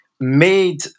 Made